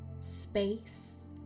space